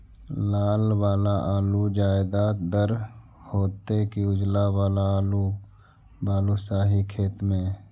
लाल वाला आलू ज्यादा दर होतै कि उजला वाला आलू बालुसाही खेत में?